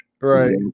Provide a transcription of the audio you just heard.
right